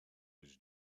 his